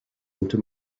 into